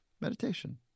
Meditation